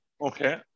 Okay